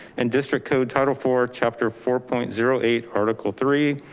and district code title for chapter four point zero eight article three,